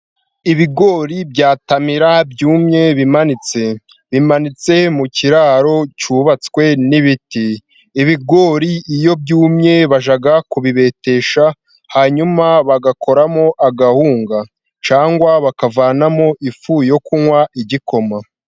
Ibigori bya tamira byumye, bimanitse, bimanitse mu kiraro cyubatswe n'ibiti, ibigori iyo byumye bajya kubibetesha hanyuma bagakoramo akawunga cyangwa bakavanamo ifu yo kunywa igikoma.